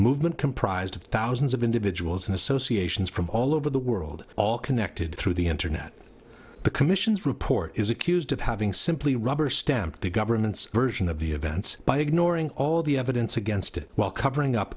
movement comprised of thousands of individuals and associations from all over the world all connected through the internet the commission's report is accused of having simply rubber stamp the government's version of the events by ignoring all the evidence against it while covering up